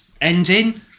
ending